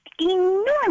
enormous